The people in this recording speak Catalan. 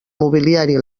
mobiliari